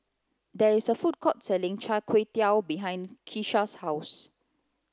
there is a food court selling chai tow kuay behind Keshia's house